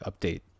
update